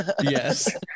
Yes